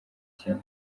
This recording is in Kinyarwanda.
kimwe